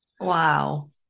Wow